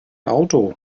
auto